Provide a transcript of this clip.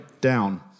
Down